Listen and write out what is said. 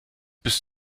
bis